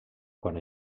quan